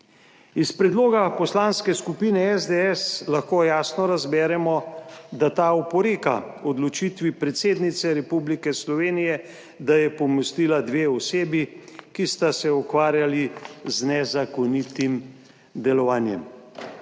Iz predloga Poslanske skupine SDS lahko jasno razberemo, da ta oporeka odločitvi predsednice Republike Slovenije, da je pomilostila dve osebi, ki sta se ukvarjali z nezakonitim delovanjem.